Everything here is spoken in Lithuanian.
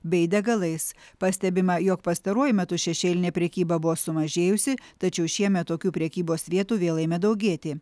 bei degalais pastebima jog pastaruoju metu šešėlinė prekyba buvo sumažėjusi tačiau šiemet tokių prekybos vietų vėl ėmė daugėti